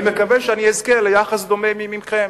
אני מקווה שאני אזכה ליחס דומה מכם,